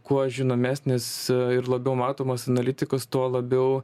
kuo žinomesnis ir labiau matomas analitikas tuo labiau